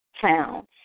town